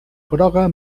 groga